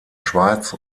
schweiz